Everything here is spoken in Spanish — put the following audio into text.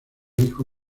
hijo